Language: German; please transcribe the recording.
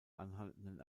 anhaltenden